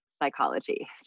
psychology